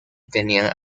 tenían